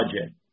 budget